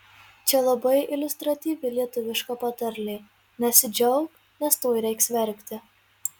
čia labai iliustratyvi lietuviška patarlė nesidžiauk nes tuoj reiks verkti